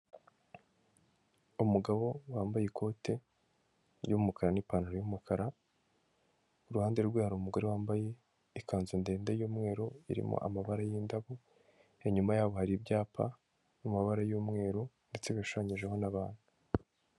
Umugabo wambaye ikote ry'umukara n'ipantaro y'umukara, iruhande rwe hari umugore wambaye ikanzu ndende y'umweru, irimo amabara y'indabo, inyuma yabo hari ibyapa biri mu mabara y'umweru ndetse bishushanyijeho n'abantu.